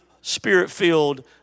spirit-filled